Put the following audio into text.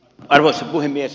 arvoisa puhemies